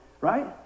right